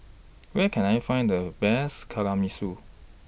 Where Can I Find The Best Kamameshi